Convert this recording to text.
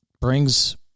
brings